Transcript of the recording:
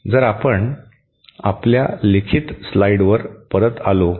जर आपण आपल्या लिखित स्लाइड्सवर परत आलो